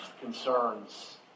concerns